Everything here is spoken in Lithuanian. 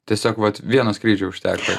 tiesiog vat vieno skrydžio užtekę